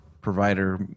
provider